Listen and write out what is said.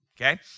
okay